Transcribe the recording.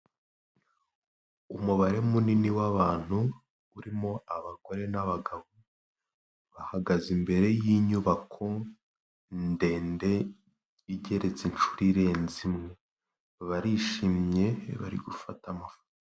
Umubare munini w'abantu urimo abagore n'abagabo, bahagaze imbere yi'nyubako ndende igeretse inshuro irenze imwe barishimye bari gufata amafoto.